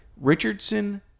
Richardson